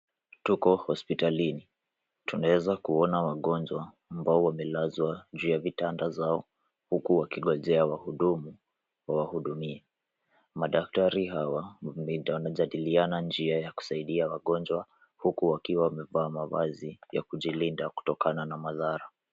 Tuko hospitalini. Tunaweza kuona wagonjwa ambao wamelazwa juu ya vitanda zao huku wakingojea wahudumu wawahudumie. Madaktari hawa wanajadiliana njia ya kusaidia wagonjwa huku wakiwa wamevaa mavazi ya kujilinda kutokana na madhara.